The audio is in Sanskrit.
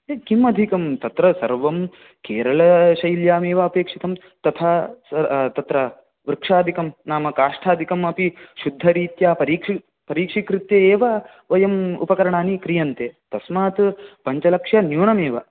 ये किम् अधिकं तत्र सर्वं केरळशैल्यामेव अपेक्षितं तथा तत्र वृक्षाधिकं नाम काष्ठाधिकम् अपि शुद्धरीत्या परीक्षि परीक्षिकृत्य एव वयम् उपकरणानि क्रीयन्ते तस्मात् पञ्चलक्ष न्यूनमेव